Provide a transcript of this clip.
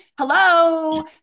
Hello